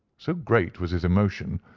so great was his emotion,